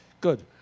Good